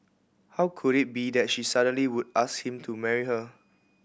how could it be that she suddenly would ask him to marry her